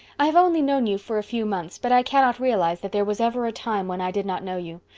i have only known you for a few months but i cannot realize that there was ever a time when i did not know you.